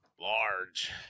large